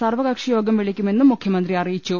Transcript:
സർവ്വകക്ഷിയോഗം വിളിക്കുമെന്നും മുഖ്യമന്ത്രി അറിയിച്ചു